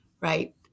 right